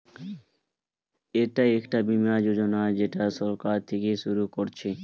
এটা একটা বীমা যোজনা যেটা সরকার থিকে শুরু করছে